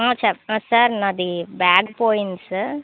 ఆ చెప్పండి సార్ నాదీ బ్యాగ్ పోయింది సార్